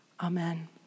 Amen